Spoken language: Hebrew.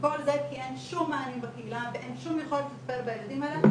וכל זה כי אין שום מענים בקהילה ואין שום יכולת לטפל בילדים האלה,